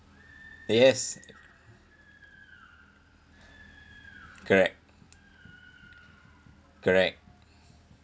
yes correct correct